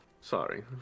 sorry